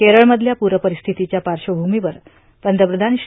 केरळमधल्या पूरपरिस्थितीच्या पार्श्वभूमीवर पंतप्रधान श्री